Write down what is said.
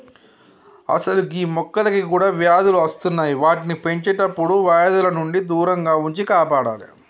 అసలు గీ మొక్కలకి కూడా వ్యాధులు అస్తున్నాయి వాటిని పెంచేటప్పుడు వ్యాధుల నుండి దూరంగా ఉంచి కాపాడాలి